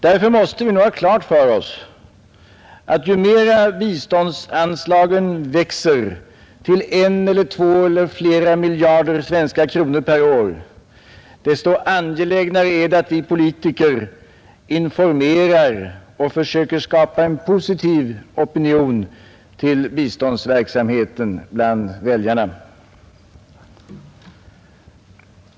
Därför måste vi nog ha klart för oss att ju mera biståndsanslagen växer, till en, två eller flera miljarder svenska kronor per år, desto angelägnare är det att vi politiker informerar medborgarna och försöker skapa en positiv opinion till biståndsverksamheten bland väljarna.